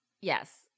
Yes